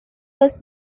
was